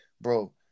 bro